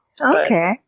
Okay